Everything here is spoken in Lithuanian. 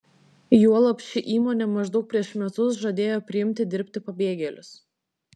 juolab ši įmonė maždaug prieš metus žadėjo priimti dirbti pabėgėlius